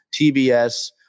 TBS